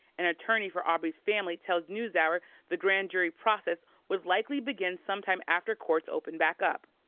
an attorney for arbery's family tells newshour the grand jury process would likely begin sometime after courts open back up.